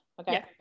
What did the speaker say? Okay